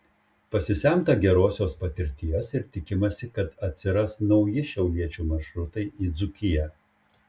pasisemta gerosios patirties ir tikimasi kad atsiras nauji šiauliečių maršrutai į dzūkiją